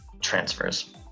Transfers